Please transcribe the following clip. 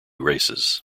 races